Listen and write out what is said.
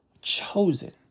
chosen